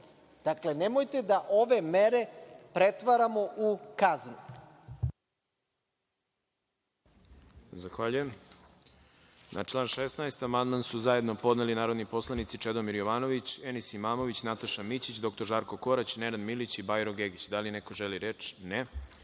Dakle, nemojte da ove mere pretvaramo u kaznu.